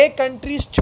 countries